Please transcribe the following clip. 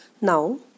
Now